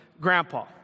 grandpa